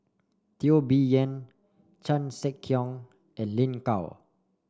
Teo Bee Yen Chan Sek Keong and Lin Gao